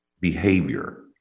behavior